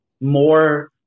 More